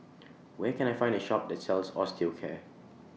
Where Can I Find A Shop that sells Osteocare